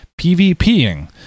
PvPing